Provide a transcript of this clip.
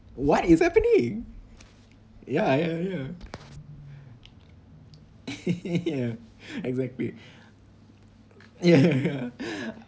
what is happening ya ya ya ya exactly ya ya ya